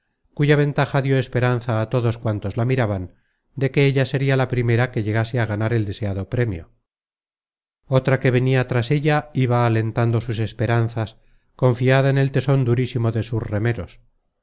cuya ventaja dió esperanza á todos cuantos el deseado premio otra que venia tras ella iba alentando sus esperanzas confiada en el teson durísimo de sus remeros